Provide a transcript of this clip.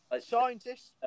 scientists